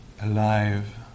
Alive